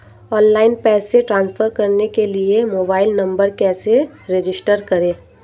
Online पैसे transfer करने के लिए मोबाइल नंबर कैसे रजिस्टर करें?